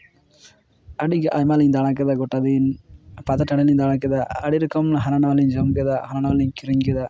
ᱟᱹᱰᱤ ᱜᱮ ᱟᱭᱢᱟ ᱞᱤᱧ ᱫᱟᱬᱟ ᱠᱮᱫᱟ ᱜᱚᱴᱟ ᱫᱤᱱ ᱯᱟᱛᱟ ᱴᱟᱺᱰᱤᱞᱤᱧ ᱫᱟᱬᱟ ᱠᱮᱫᱟ ᱟᱹᱰᱤ ᱨᱚᱠᱚᱢ ᱦᱟᱱᱟ ᱱᱟᱣᱟ ᱞᱤᱧ ᱡᱚᱢ ᱠᱮᱫᱟ ᱦᱟᱱᱟ ᱱᱟᱣᱟ ᱞᱤᱧ ᱠᱤᱨᱤᱧ ᱠᱮᱫᱟ